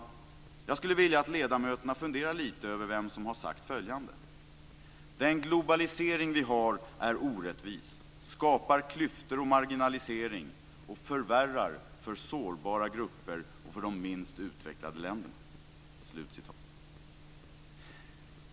Jag skulle vilja att ledamöterna funderade lite över vem som har sagt följande: "Den globalisering vi har är orättvis, skapar klyftor och marginalisering och förvärrar för sårbara grupper och för de minst utvecklade länderna".